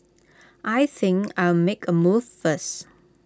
I think I'll make A move first